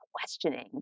questioning